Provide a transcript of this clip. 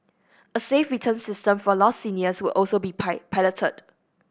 a safe return system for lost seniors will also be piloted